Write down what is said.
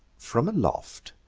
from aloft,